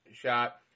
shot